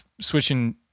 switching